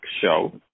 show